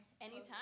anytime